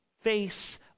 face